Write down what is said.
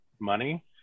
Money